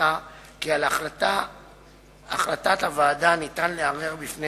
מוצע כי יהיה ניתן לערער על החלטת הוועדה בפני